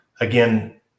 again